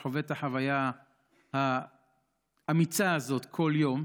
שחווה את החוויה האמיצה הזאת כל יום.